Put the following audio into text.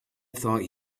thought